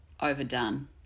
overdone